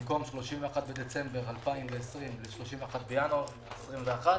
במקום 31.12.20 31.1.21,